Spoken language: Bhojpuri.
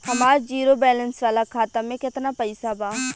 हमार जीरो बैलेंस वाला खाता में केतना पईसा बा?